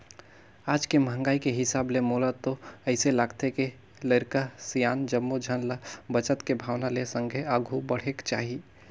आज के महंगाई के हिसाब ले मोला तो अइसे लागथे के लरिका, सियान जम्मो झन ल बचत के भावना ले संघे आघु बढ़ेक चाही